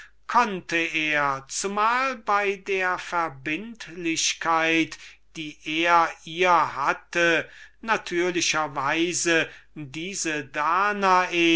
konnte er zumal bei der verbindlichkeit die er ihr hatte natürlicher weise diese danae